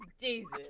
Jesus